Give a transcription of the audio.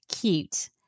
cute